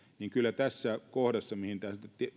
niin kyllä siinä mihin tämä